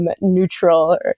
neutral